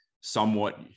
somewhat